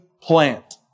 plant